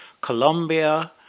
Colombia